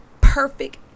perfect